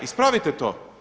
Ispravite to!